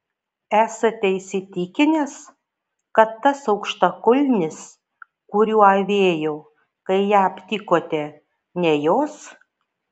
esate įsitikinęs kad tas aukštakulnis kuriuo avėjo kai ją aptikote ne jos